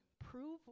prove